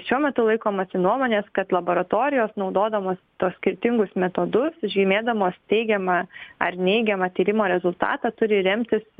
šiuo metu laikomasi nuomonės kad laboratorijos naudodamos tuos skirtingus metodus žymėdamos teigiamą ar neigiamą tyrimo rezultatą turi remtis